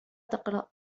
تقرأ